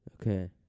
Okay